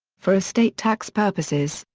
for estate tax purposes,